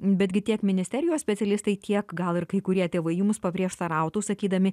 betgi tiek ministerijos specialistai tiek gal ir kai kurie tėvai jums paprieštarautų sakydami